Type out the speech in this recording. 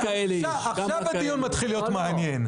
עכשיו הדיון מתחיל להיות מעניין.